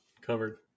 covered